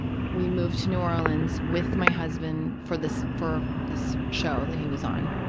we moved to new orleans with my husband for this for this show that he was on,